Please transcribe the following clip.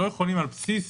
לא יכולים על בסיס